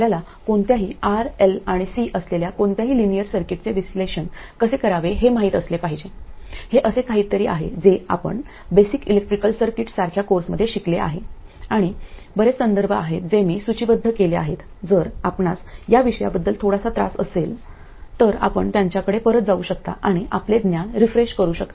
आपल्याला कोणत्याही R L L आणि सी असलेल्या कोणत्याही लिनियर सर्किटचे विश्लेषण कसे करावे हे माहित असले पाहिजे हे असे काहीतरी आहे जे आपण बेसिक इलेक्ट्रिकल सर्किट्स सारख्या कोर्समध्ये शिकले आहे आणि असे बरेच संदर्भ आहेत जे मी सूचीबद्ध केले आहेत जर आपणास या विषयांबद्दल थोडासा त्रास होत असेल तर आपण त्यांच्याकडे परत जाऊ शकता आणि आपले ज्ञान रीफ्रेश करू शकता